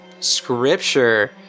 Scripture